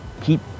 keep